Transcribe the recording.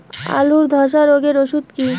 আলুর ধসা রোগের ওষুধ কি?